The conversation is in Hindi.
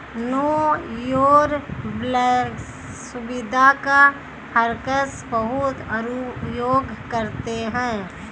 नो योर बैलेंस सुविधा का हैकर्स बहुत दुरुपयोग करते हैं